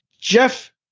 Jeff